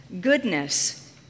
goodness